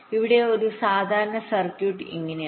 ഇന്നത്തെ ഒരു സാധാരണ സർക്യൂട്ട് ഇങ്ങനെയാണ്